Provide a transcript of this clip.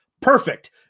Perfect